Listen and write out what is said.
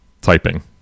typing